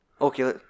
okay